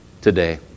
today